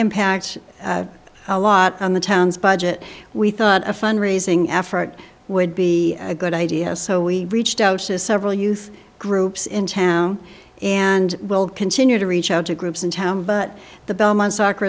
impact a lot on the town's budget we thought a fund raising effort would be a good idea so we reached out to several youth groups in town and we'll continue to reach out to groups in town but the bellman soccer